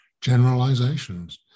generalizations